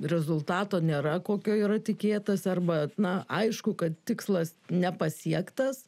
rezultato nėra kokio yra tikėtąsi arba na aišku kad tikslas nepasiektas